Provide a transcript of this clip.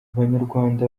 abanyarwanda